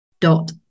dot